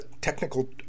technical